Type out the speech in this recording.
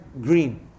green